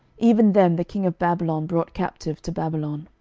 even them the king of babylon brought captive to babylon.